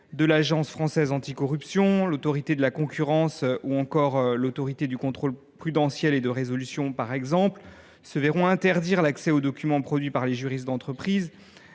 de l’Agence française anticorruption, de l’Autorité de la concurrence ou encore de l’Autorité de contrôle prudentiel et de résolution se verront interdire l’accès aux documents produits par les juristes des entreprises